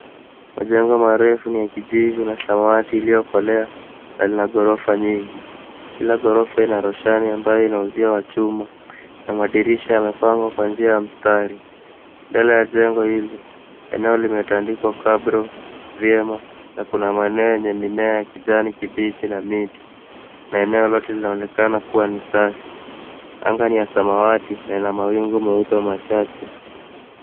Majengo marefu ni ya kijivu na samawati iliyokolea na lina ghorofa nyingi. Kila ghorofa ina roshani ambayo ina uzio wa chuma na madirisha yamepangwa kwa njia ya mstari. Mbele ya jengo hili eneo limetandikwa cabro vyema na maeneo yenye mimea ya kijani kibichi na miti na eneo lote linaonekana kuwa ni safi. Anga ni samawati na ina mawingu meupe machache.